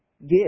give